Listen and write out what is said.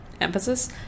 Emphasis